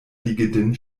liegenden